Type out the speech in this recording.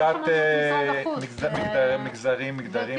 אני ראש